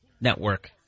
network